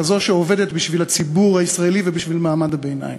כזו שעובדת בשביל הציבור הישראלי ובשביל מעמד הביניים.